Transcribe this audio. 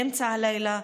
באמצע הלילה,